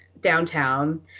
downtown